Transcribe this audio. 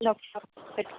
hello sir